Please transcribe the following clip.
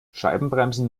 scheibenbremsen